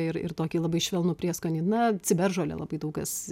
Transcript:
ir ir tokį labai švelnų prieskonį na ciberžolė labai daug kas